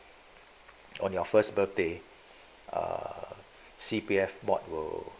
on your first birthday err C_P_F board will